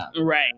right